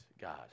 God